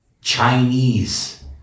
Chinese